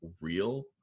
real